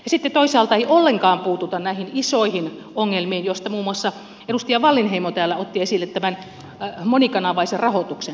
sitten toisaalta ei ollenkaan puututa näihin isoihin ongelmiin joista muun muassa edustaja wallinheimo täällä otti esille tämän monikanavaisen rahoituksen